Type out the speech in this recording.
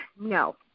no